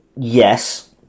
yes